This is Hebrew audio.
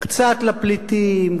קצת לפליטים,